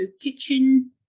kitchen